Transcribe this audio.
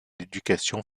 l’éducation